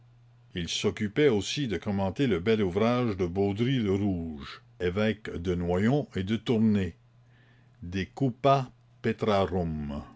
il s'occupait aussi de commenter le bel ouvrage de baudry le rouge évêque de noyon et de tournay de cupa petrarum